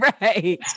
Right